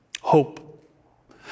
Hope